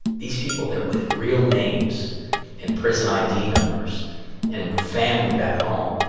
these people that with real names in prison id numbers and family back home.